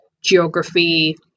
geography